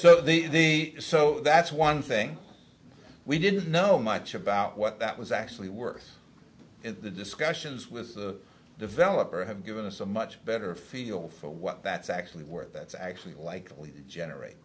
so the so that's one thing we didn't know much about what that was actually worth in the discussions was the developer have given us a much better feel for what that's actually work that's actually likely to generate